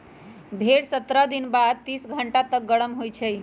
भेड़ सत्रह दिन बाद तीस घंटा तक गरम होइ छइ